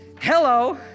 Hello